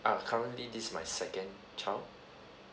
ah currently this my second child